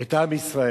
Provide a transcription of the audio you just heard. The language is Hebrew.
את עם ישראל,